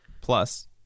Plus